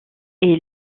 est